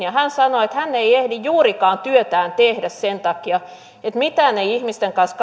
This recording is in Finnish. hän sanoi että hän ei ehdi juurikaan työtään tehdä sen takia että mitään ei ihmisten kanssa